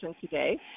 today